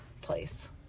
place